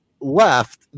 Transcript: left